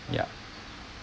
yeah